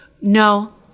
no